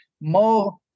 more